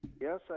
Yes